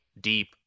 deep